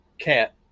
cat